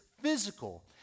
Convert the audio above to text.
physical